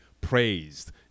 praised